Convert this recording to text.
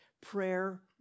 Prayer